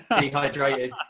dehydrated